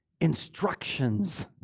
Instructions